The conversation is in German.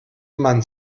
man